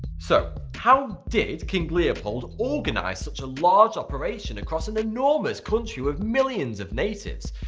so how did king leopold organize such a large operation across an enormous country with millions of natives.